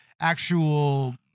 actual